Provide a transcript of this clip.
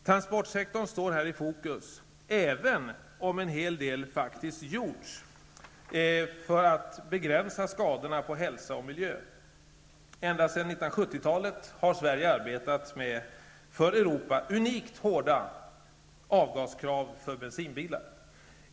Transportsektorn står här i fokus även om en hel del faktiskt gjorts i syfte att begränsa skadorna på hälsa och miljö. Ända sedan 1970-talet har Sverige arbetat med för Europa unikt hårda avgaskrav för bensinbilar.